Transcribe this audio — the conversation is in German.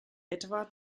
etwa